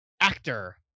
Actor